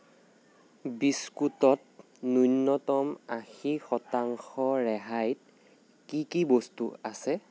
বিস্কুটত ন্যূনতম আশী শতাংশ ৰেহাইত কি কি বস্তু আছে